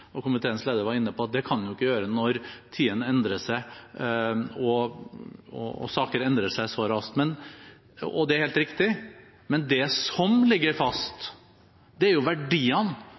Komiteens leder var inne på at det kan den jo ikke gjøre når tidene og sakene endrer seg så raskt. Det er helt riktig, men det som ligger fast, er verdiene som vår utenriks- og sikkerhetspolitikk er basert på. Selv de verdiene